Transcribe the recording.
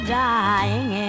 dying